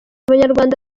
abanyarwanda